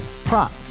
prop